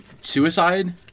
suicide